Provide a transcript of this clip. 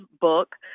book